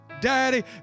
daddy